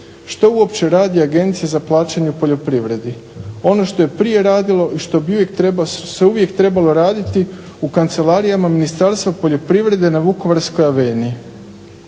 Što uopće radi Agencija za plaćanje poljoprivredi? ono što je prije radilo i što se uvijek trebalo raditi u kancelarijama Ministarstva poljoprivrede na Vukovarskoj aveniji.